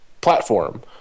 platform